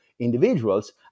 individuals